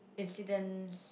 incidents